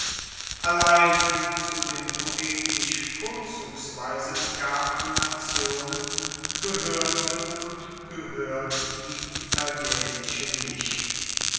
allein zu den poetisch vorzugsweise begabten nationen gehoerte und gehoert die italienische nicht